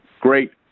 great